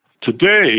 Today